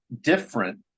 different